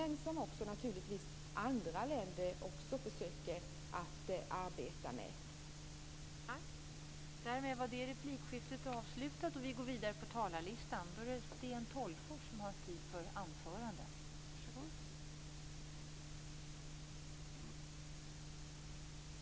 Andra länder försöker naturligtvis också att arbeta med detta.